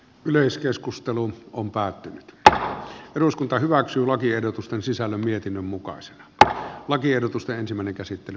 tässä on päätynyt tämä eduskunta hyväksyy lakiehdotusten sisällä mietinnön mukaan se että lakiehdotusta monta näkökantaa